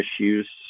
issues